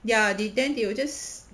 ya they then they will just